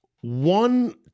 one